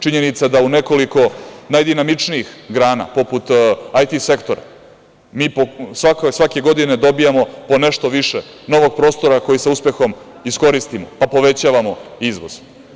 Činjenica da u nekoliko najdinamičnijih grana poput IT sektora, mi svake godine dobijamo po nešto više novog prostora koji sa uspehom iskoristimo, pa povećavamo izvoz.